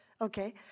Okay